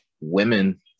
women